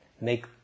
make